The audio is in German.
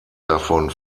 davon